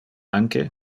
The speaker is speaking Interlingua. anque